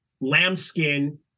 lambskin